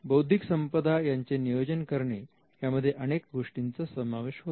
बौद्धिक संपदा यांचे नियोजन करणे यामध्ये अनेक गोष्टींचा समावेश होतो